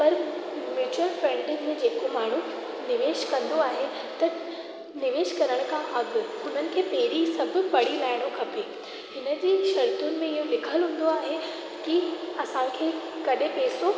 पर mutual funding में जेको माण्हू निवेश कंदो आहे त निवेश करण खां अॻु हुननि खे पहिरीं सभु पढ़ी लाहिणो खपे इन जी शर्तुनि में इहो लिखलु हूंदो आहे की असांखे कॾहिं पैसो